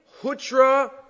hutra